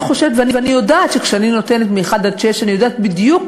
כשאני נותנת ל-1 6, אני יודעת בדיוק